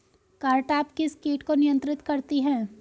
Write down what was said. Cartap किस किट को नियंत्रित करती है?